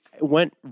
went